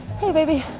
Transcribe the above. hey baby,